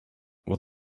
what